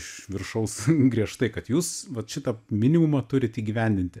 iš viršaus griežtai kad jūs vat šitą minimumą turit įgyvendinti